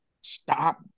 stop